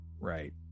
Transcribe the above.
right